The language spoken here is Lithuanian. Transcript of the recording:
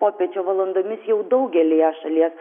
popiečio valandomis jau daugelyje šalies